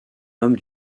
homme